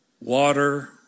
water